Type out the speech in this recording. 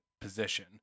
position